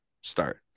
start